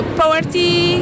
poverty